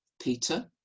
Peter